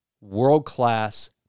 world-class